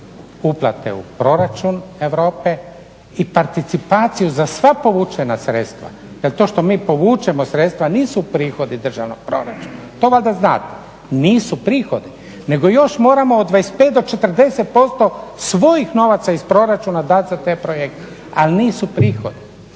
uplate u Proračun Europe i participaciju za sva povučena sredstva. Jer to što mi povučemo sredstva nisu prihodi državnog proračuna, to valjda znate. Nisu prihodi nego još moramo od 25 do 40% svojih novaca iz proračuna dati za te projekte, ali nisu prihodi.